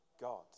God